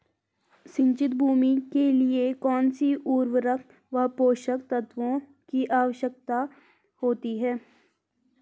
सिंचित भूमि के लिए कौन सी उर्वरक व पोषक तत्वों की आवश्यकता होती है?